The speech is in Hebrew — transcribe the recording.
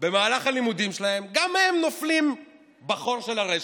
במהלך הלימודים שלהם, גם הם נופלים בחור של הרשת.